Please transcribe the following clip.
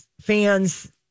fans